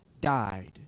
died